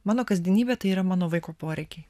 mano kasdienybė tai yra mano vaiko poreikiai